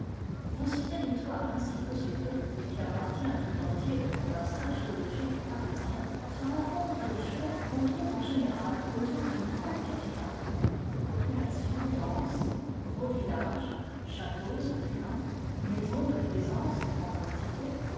dans ce territoire ainsi mesuré et qui appartient tout entier au bassin géologique parisien se rencontrent des choses qu'on trouve en général autour d'une grande capitale popu lation dense gros villages châteaux opulents maisons de plaisance en quantité